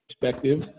Perspective